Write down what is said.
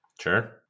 Sure